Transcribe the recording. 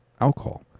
alcohol